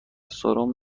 سرم